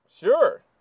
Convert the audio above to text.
Sure